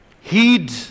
Heed